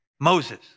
Moses